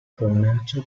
commercio